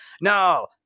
no